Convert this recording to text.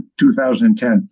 2010